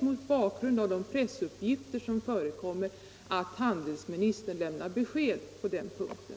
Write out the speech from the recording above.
Mot bakgrund av de pressuppgifterna tycker jag det är angeläget att handelsministern lämnar besked på den punkten.